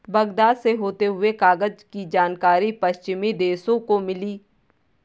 Baghdad से होते हुए कागज की जानकारी पश्चिमी देशों को मिली